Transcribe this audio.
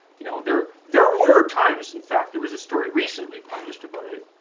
you know, there there were times, in fact, there was a story recently published, about a